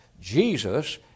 Jesus